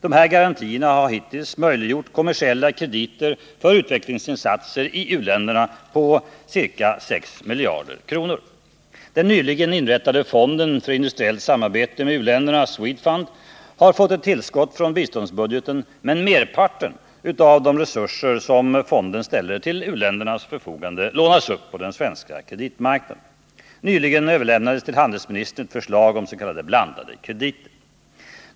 Dessa garantier har hittills möjliggjort kommersiella krediter för utvecklingsinsatser i u-länder på ca 6 miljarder kronor. Den nyligen inrättade fonden för industriellt samarbete med u-länder har fått ett tillskott från biståndsbudgeten, men merparten av de resurser som fonden ställer till u-ländernas förfogande lånas upp på den svenska kreditmarknaden. Nyligen överlämnades till handelsministern ett förslag om s.k. blandade krediter.